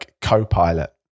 co-pilot